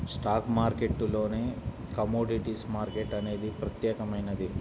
stock మార్కెట్టులోనే commodities market అనేది ప్రత్యేకమైనది